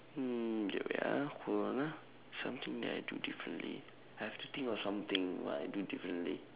mm okay wait ah hold on ah something that I do differently I have to think of something what I do differently